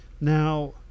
Now